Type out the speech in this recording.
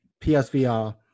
PSVR